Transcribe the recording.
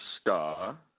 Star